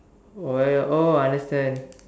why oh I understand